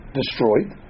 destroyed